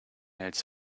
its